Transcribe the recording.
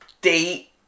date